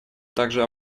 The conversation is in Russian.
также